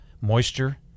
moisture